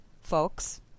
Folks